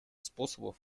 способов